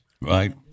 Right